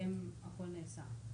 ובהתאם הכל נעשה.